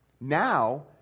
Now